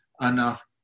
enough